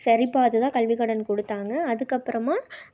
சரி பார்த்துதான் கல்விக் கடன் கொடுத்தாங்க அதுக்கு அப்புறமாக